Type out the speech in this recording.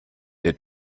der